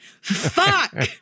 Fuck